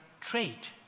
trait